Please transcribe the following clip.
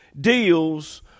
deals